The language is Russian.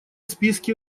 списке